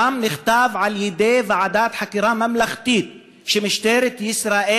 שם נכתב על ידי ועדת חקירה ממלכתית שמשטרת ישראל,